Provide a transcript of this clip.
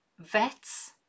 vets